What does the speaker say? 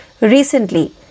recently